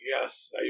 yes